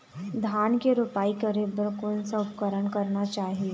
धान के रोपाई करे बर कोन सा उपकरण करना चाही?